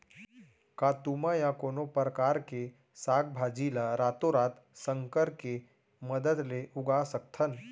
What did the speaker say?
का तुमा या कोनो परकार के साग भाजी ला रातोरात संकर के मदद ले उगा सकथन?